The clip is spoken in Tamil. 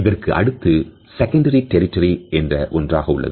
இதற்கு அடுத்து secondary territoryஎன்று ஒன்று உள்ளது